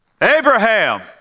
Abraham